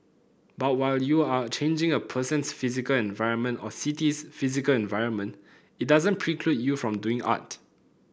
but while you are changing a person's physical environment or city's physical environment it doesn't preclude you from doing art